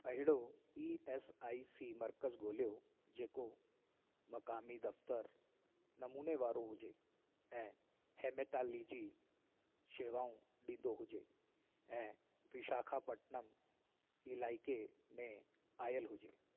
अहिड़ो E S I C मर्कज़ ॻोल्हियो जेको मक़ामी दफ़्तर नमूने वारो हुजे ऐं हेमेटालिजी शेवाऊं ॾींदो हुजे ऐं विशाखापटनम इलाइक़े में आयल हुजे